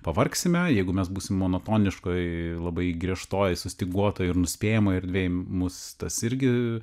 pavargsime jeigu mes būsim monotoniškoj labai griežtoj sustyguotoj ir nuspėjamoj erdvėj mus tas irgi